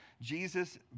jesus